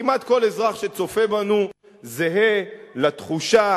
כמעט אצל כל אזרח שצופה בנו זהה התחושה